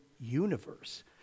universe